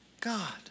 God